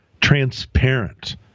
transparent